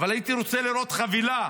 אבל הייתי רוצה לראות חבילה,